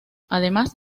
además